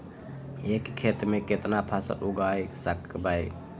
एक खेत मे केतना फसल उगाय सकबै?